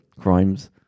crimes